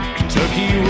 Kentucky